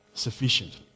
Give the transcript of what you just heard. sufficient